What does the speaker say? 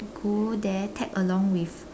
go there tag along with